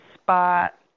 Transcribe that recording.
spot